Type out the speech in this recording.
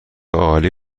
عالی